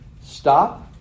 stop